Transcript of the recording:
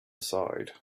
side